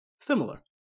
similar